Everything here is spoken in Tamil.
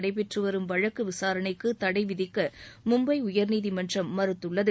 நடைபெற்று வரும் வழககு விசாரணைக்கு தடை விதிக்க மும்பை உயர்நீதிமன்றம் மறுத்துள்ளது